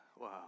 wow